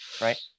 right